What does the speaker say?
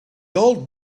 old